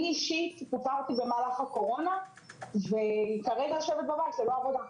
אני אישית התפטרתי במהלך הקורונה וכרגע אני יושבת בבית ללא עבודה.